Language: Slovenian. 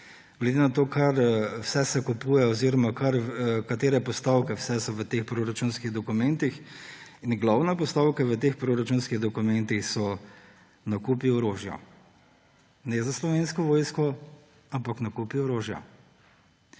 Glede na to, kaj vse se kupuje oziroma katere postavke so v teh proračunskih dokumentih. Glavne postavke v teh proračunskih dokumentih so nakupi orožja. Ne za Slovensko vojsko, ampak nakupi orožja.